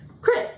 Chris